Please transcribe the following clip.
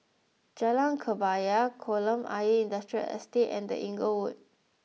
Jalan Kebaya Kolam Ayer Industrial Estate and The Inglewood